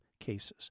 cases